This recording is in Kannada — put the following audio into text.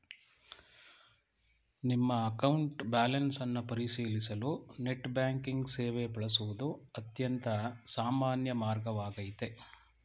ನಿಮ್ಮ ಅಕೌಂಟ್ ಬ್ಯಾಲೆನ್ಸ್ ಅನ್ನ ಪರಿಶೀಲಿಸಲು ನೆಟ್ ಬ್ಯಾಂಕಿಂಗ್ ಸೇವೆ ಬಳಸುವುದು ಅತ್ಯಂತ ಸಾಮಾನ್ಯ ಮಾರ್ಗವಾಗೈತೆ